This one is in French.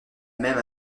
même